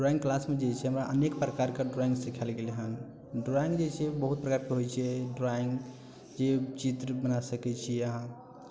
drawing क्लासमे जे छै हमरा अनेक प्रकारके ड्रॉइंग सिखैल गेलै हँ ड्रॉइंग जे छै बहुत प्रकारके होइ छै ड्रॉइंग जे चित्र बना सकै छी अहाँ